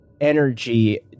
energy